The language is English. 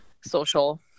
social